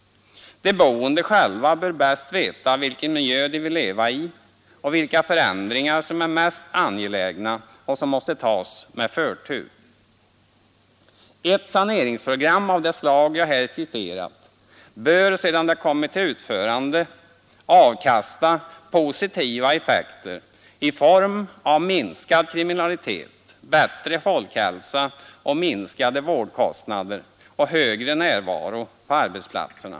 De boende själva bör bäst veta vilken miljö de vill leva i och vilka förändringar som är mest angelägna och som måste tas med förtur. Ett saneringsprogram av det slag jag här skisserat bör, sedan det kommit till utförande, avkasta positiva effekter i form av minskad kriminalitet, bättre folkhälsa, minskade vårdkostnader och högre närvaro på arbetsplatserna.